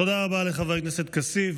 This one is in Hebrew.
תודה רבה לחבר הכנסת כסיף.